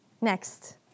Next